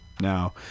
now